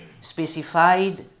specified